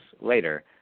later